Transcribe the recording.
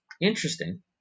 interesting